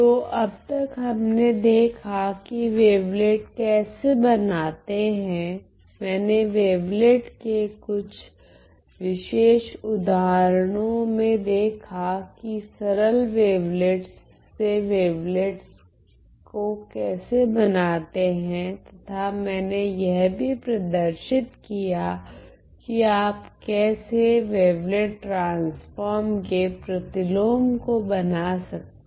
तो अब तक हमने देखा की वेवलेट कैसे बनाते है मैने वेवलेट के कुछ विशेष उदाहरणो में देखा की सरल वेवलेट्स से वेवलेटस को कैसे बनाते है तथा मैने यह भी प्रदर्शित किया की आप कैसे वेवलेट ट्रांसफोर्म के प्रतिलोम को बना सकते हैं